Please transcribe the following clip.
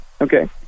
Okay